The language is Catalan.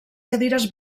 cadires